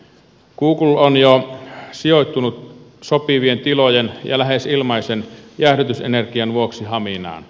google on jo sijoittunut sopivien tilojen ja lähes ilmaisen jäähdytysenergian vuoksi haminaan